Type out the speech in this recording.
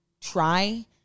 try